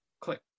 click